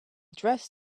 dress